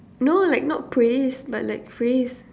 no like not praise but like phrase